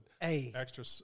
extra